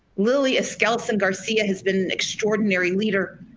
lily eskelsen garcia has been an extraordinary leader.